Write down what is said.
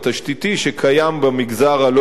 שקיים במגזר הלא-יהודי,